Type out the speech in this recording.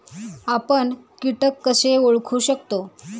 आपण कीटक कसे ओळखू शकतो?